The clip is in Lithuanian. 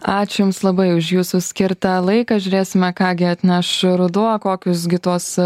ačiū jums labai už jūsų skirtą laiką žiūrėsime ką gi atneš ruduo kokius gi tuos